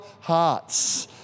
hearts